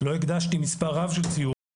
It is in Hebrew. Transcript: לו הקדשתי מס' רב של ציורים